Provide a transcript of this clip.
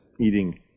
eating